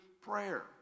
prayer